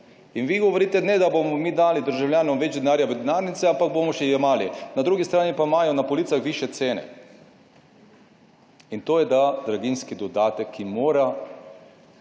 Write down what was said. In vi govorite, ne da bomo mi dali državljanom več denarja v denarnice, ampak bomo še jemali. Na drugi strani pa imajo na policah višje cene. In to je, da draginjski dodatek, ki mora